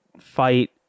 fight